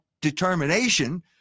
determination